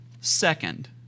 Second